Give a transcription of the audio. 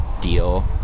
deal